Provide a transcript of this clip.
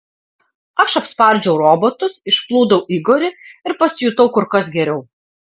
aš apspardžiau robotus išplūdau igorį ir pasijutau kur kas geriau